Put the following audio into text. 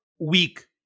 weak